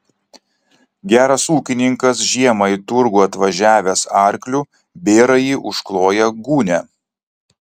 geras ūkininkas žiemą į turgų atvažiavęs arkliu bėrąjį užkloja gūnia